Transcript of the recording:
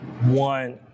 one